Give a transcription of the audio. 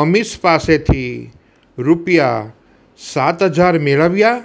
અમીશ પાસેથી રૂપિયા સાત હજાર મેળવ્યાં